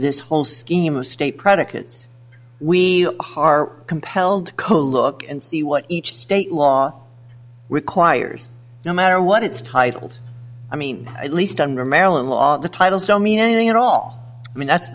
this whole scheme of state predicates we are compelled to code look and see what each state law requires no matter what its titles i mean at least under maryland law the title so mean anything at all i mean that's